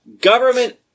government